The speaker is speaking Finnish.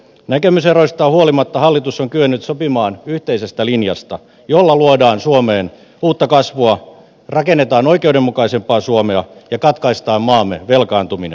näkemyseroistaan huolimatta hallitus on kyennyt sopimaan yhteisestä linjasta jolla luodaan suomeen uutta kasvua rakennetaan oikeudenmukaisempaa suomea ja katkaistaan maamme velkaantuminen